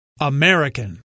American